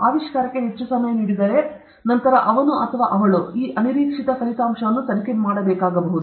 ಆವಿಷ್ಕಾರಕ್ಕೆ ಹೆಚ್ಚು ಸಮಯ ನೀಡಿದ್ದರೆ ನಂತರ ಅವನು ಅಥವಾ ಅವಳು ಈ ಅನಿರೀಕ್ಷಿತ ಫಲಿತಾಂಶವನ್ನು ತನಿಖೆ ಮಾಡಬೇಕಾಗಬಹುದು